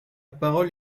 parole